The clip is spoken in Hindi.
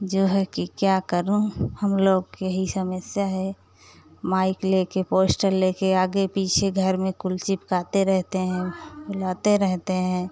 जो है कि क्या करूँ हम लोग की यही समेस्या है माइक लेकर पोश्टर लेकर आगे पीछे घर में कुल चिपकाते रहते हैं मिलाते रहते हैं